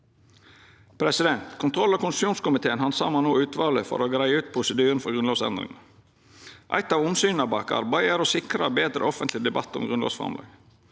miljøet. Kontroll- og konstitusjonskomiteen handsamar no utvalet for å greia ut prosedyren for grunnlovsendringar. Eit av omsyna bak arbeidet er å sikra betre offentleg debatt om grunnlovsframlegg.